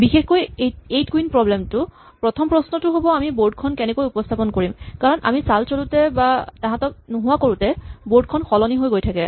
বিশেষকৈ eight queen problem টো প্ৰথম প্ৰশ্নটো হ'ব আমি বৰ্ড খন কেনেকৈ উপস্হাপন কৰিম কাৰণ আমি চাল চলোতে বা তাহাঁতক নোহোৱা কৰোতে বৰ্ড খন সলনি হৈ থাকে